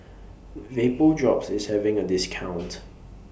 Vapodrops IS having A discount